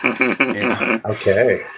okay